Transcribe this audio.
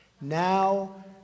Now